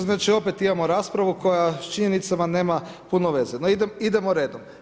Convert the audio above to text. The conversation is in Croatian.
Znači opet imamo raspravu koja s činjenicama nema puno veze, no idemo redom.